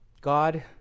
God